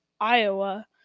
Iowa